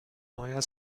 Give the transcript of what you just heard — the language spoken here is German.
neuer